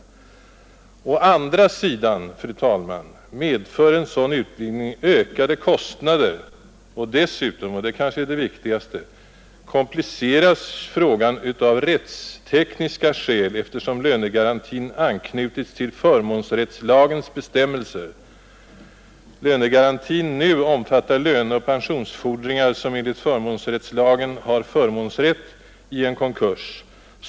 Å andra sidan, fru talman, medför en sådan utvidgning ökade kostnader. Dessutom — och det kanske är det viktigaste — kompliceras frågan av rättstekniska skäl, eftersom lönegarantin anknutits till förmånsrättslagens bestämmelser. Lönegarantin omfattar nu löneoch pensionsfordringar som enligt förmånsrättslagen har förmånsrätt i en konkurs.